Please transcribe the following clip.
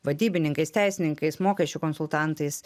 vadybininkais teisininkais mokesčių konsultantais